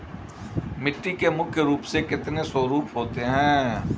मिट्टी के मुख्य रूप से कितने स्वरूप होते हैं?